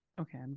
Okay